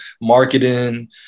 marketing